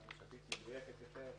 הממשלתית מדויקת יותר,